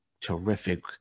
terrific